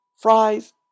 fries